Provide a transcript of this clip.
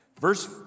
Verse